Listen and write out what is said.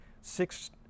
six